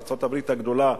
ארצות-הברית הגדולה,